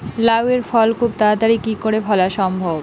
লাউ এর ফল খুব তাড়াতাড়ি কি করে ফলা সম্ভব?